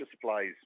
supplies